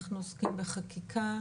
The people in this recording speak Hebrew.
אנחנו עוסקים בחקיקה.